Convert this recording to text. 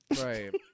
Right